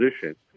position